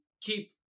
keep